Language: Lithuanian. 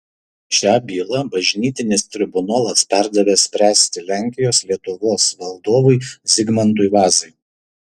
šią bylą bažnytinis tribunolas perdavė spręsti lenkijos lietuvos valdovui zigmantui vazai